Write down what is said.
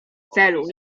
celu